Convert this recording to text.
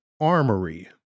Armory